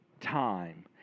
time